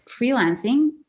freelancing